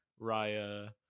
Raya